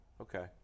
Okay